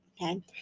Okay